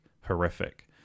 horrific